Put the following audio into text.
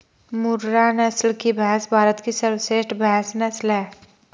मुर्रा नस्ल की भैंस भारत की सर्वश्रेष्ठ भैंस नस्ल है